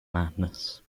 madness